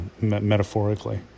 metaphorically